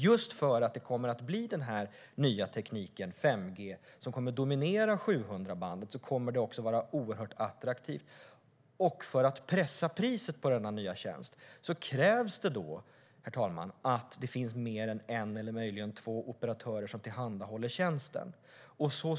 Det kommer ju att bli den nya 5G-tekniken som kommer att dominera 700-bandet, och då kommer det att vara väldigt attraktivt, och om man ska pressa priset på denna nya tjänst krävs det att det finns fler än en eller två operatörer som tillhandahåller den.